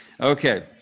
Okay